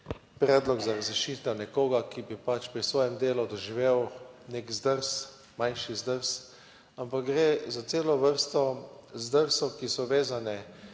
predlog za razrešitev nekoga, ki bi pač pri svojem delu doživel nek zdrs, manjši zdrs, ampak gre za celo vrsto zdrsov, ki so vezani